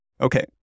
Okay